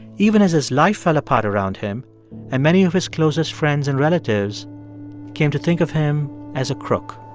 even as his life fell apart around him and many of his closest friends and relatives came to think of him as a crook